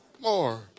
more